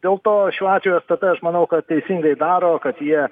dėl to šiuo atveju stt aš manau kad teisingai daro kad jie